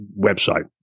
website